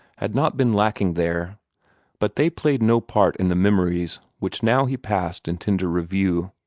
had not been lacking there but they played no part in the memories which now he passed in tender review.